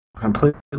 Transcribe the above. completely